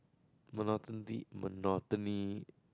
monotony